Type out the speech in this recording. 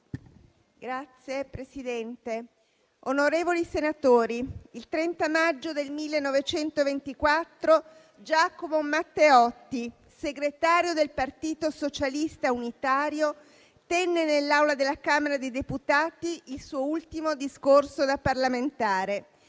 Signor Presidente, onorevoli senatori, il 30 maggio 1924 Giacomo Matteotti, segretario del Partito socialista unitario, tenne nell'Aula della Camera dei deputati il suo ultimo discorso da parlamentare,